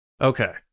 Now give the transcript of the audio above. okay